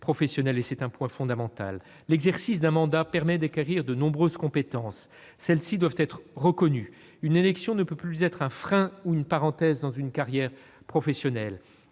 C'est un point fondamental. L'exercice d'un mandat permet d'acquérir de nombreuses compétences. Celles-ci doivent être reconnues. Une élection ne peut plus être un frein ou une parenthèse dans une carrière professionnelle.